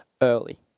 early